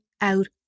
out